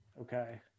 Okay